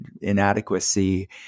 inadequacy